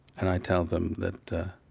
and i tell them that the